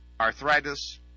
arthritis